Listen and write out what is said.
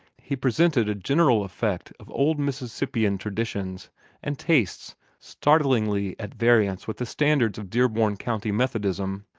he presented a general effect of old mississippian traditions and tastes startlingly at variance with the standards of dearborn county methodism.